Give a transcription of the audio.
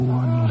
one